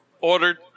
ordered